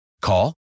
Call